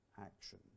action